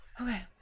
Okay